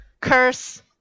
curse